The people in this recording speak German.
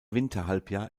winterhalbjahr